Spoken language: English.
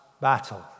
battle